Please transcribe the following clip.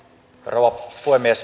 rouva puhemies